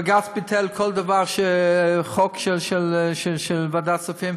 בג"ץ ביטל כל חוק של ועדת כספים,